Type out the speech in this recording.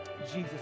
Jesus